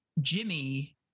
Jimmy